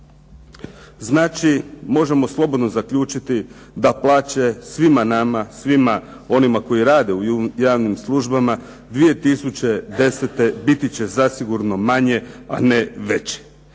Znači možemo slobodno zaključiti da plaće svima onima koji rade u državnim službama 2010. biti će zasigurno manje a ne veće.